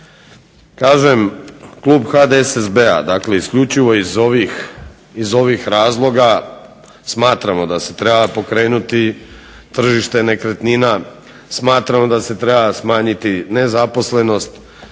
Kažem klub HDSSB-a isključivo iz ovih razloga smatramo da se treba pokrenuti tržište nekretnina, smatramo da se treba smanjiti nezaposlenost,